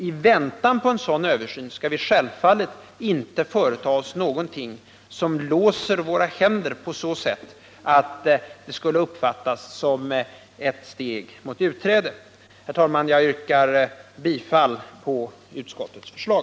I väntan på en sådan översyn skall vi självfallet inte företa oss något som binder våra händer på så sätt att det skulle uppfattas som ett steg mot utträde. Herr talman! Jag yrkar bifall till utskottets förslag.